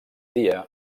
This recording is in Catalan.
dia